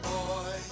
Boy